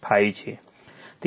5 છે